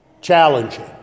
challenging